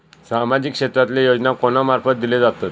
सामाजिक क्षेत्रांतले योजना कोणा मार्फत दिले जातत?